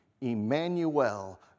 Emmanuel